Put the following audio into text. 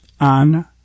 on